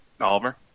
Oliver